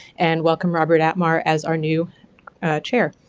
and welcome robert atmar as our new chair.